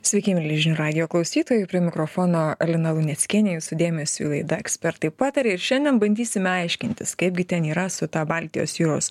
sveiki mieli žinių radijo klausytojai prie mikrofono lina luneckienė jūsų dėmesiui laida ekspertai pataria ir šiandien bandysime aiškintis kaipgi ten yra su ta baltijos jūros